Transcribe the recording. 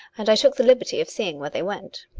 and i took the liberty of seeing where they went.